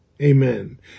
amen